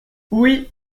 oui